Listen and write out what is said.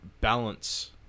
balance